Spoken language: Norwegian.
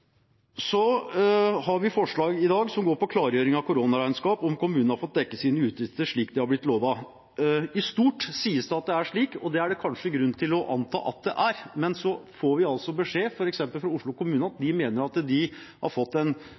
Vi har i dag forslag som går på klargjøring av koronaregnskap – om kommunene har fått dekket sine utgifter slik de har blitt lovet. I stort sies det at det er slik, og det er det kanskje grunn til å anta at det er. Men så får vi altså beskjed, f.eks. fra Oslo kommune, om at de mener de har fått